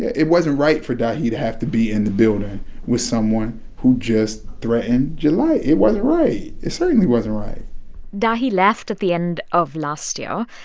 it wasn't right for dahi to have to be in the building with someone who just threatened your life. it wasn't right. it certainly wasn't right dahi left at the end of last year.